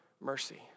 mercy